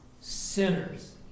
sinners